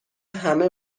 همه